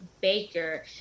Baker